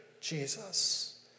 Jesus